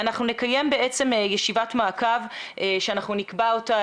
אנחנו נקיים ישיבת מעקב שאנחנו נקבע אותה,